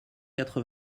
quatre